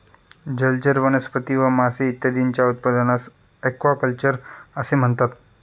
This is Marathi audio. जलचर वनस्पती व मासे इत्यादींच्या उत्पादनास ॲक्वाकल्चर असे म्हणतात